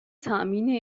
تأمین